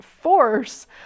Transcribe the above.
force